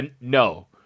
No